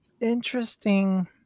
interesting